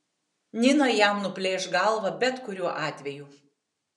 nina jam nuplėš galvą bet kuriuo atveju